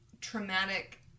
traumatic